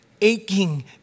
aching